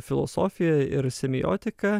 filosofiją ir semiotiką